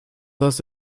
das